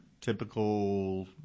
Typical